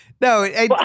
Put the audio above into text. No